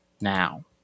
now